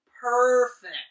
Perfect